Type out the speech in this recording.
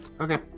Okay